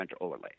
overlay